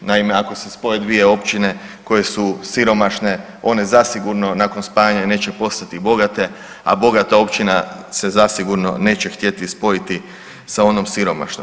Naime, ako se spoje dvije općine koje su siromašne one zasigurno nakon spajanja neće postati bogate, a bogata općina se zasigurno neće htjeti spojiti sa onom siromašnom.